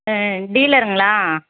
டீலர்ங்களா